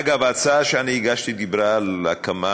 אגב, ההצעה שהגשתי דיברה על הקמה